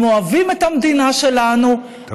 הם אוהבים את המדינה שלנו, תודה.